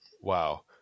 Wow